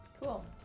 Cool